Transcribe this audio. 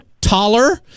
Taller